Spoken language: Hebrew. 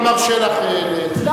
השר מרשה לך לציין את,